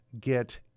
get